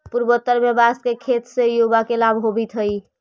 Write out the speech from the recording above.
पूर्वोत्तर में बाँस के खेत से युवा के लाभ होवित हइ